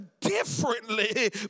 differently